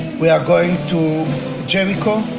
we are going to jericho,